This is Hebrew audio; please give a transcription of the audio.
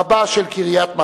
רבה של קריית-מלאכי,